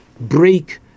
break